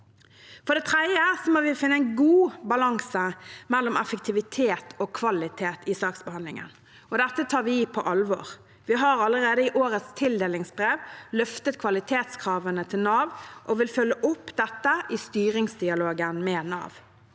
For det tredje må vi finne en god balanse mellom effektivitet og kvalitet i saksbehandlingen, og dette tar vi på alvor. Vi har allerede i årets tildelingsbrev løftet kvalitetskravene til Nav og vil følge opp dette i styringsdialogen med Nav.